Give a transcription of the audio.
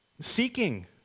seeking